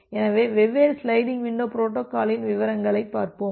எனவே வெவ்வேறு sliding window பொரோட்டோகால்காலின் விவரங்களைப் பார்ப்போம்